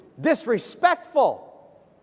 disrespectful